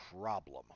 problem